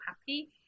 happy